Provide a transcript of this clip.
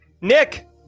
Nick